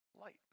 light